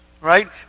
Right